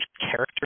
character